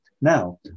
Now